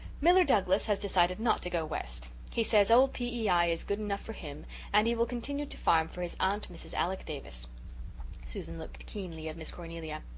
miller douglas has decided not to go west. he says old p e i. is good enough for him and he will continue to farm for his aunt, mrs. alec davis susan looked keenly at miss cornelia.